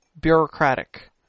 bureaucratic